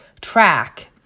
track